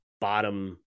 bottom